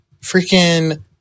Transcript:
freaking